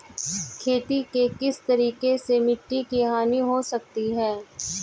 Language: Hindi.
खेती के किस तरीके से मिट्टी की हानि हो सकती है?